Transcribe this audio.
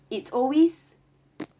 it's always